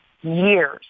years